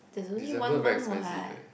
December very expensive eh